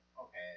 okay